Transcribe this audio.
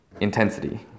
intensity